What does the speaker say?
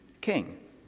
king